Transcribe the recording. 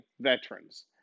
veterans